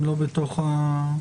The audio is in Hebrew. הם לא בתוך החקיקה.